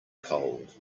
cold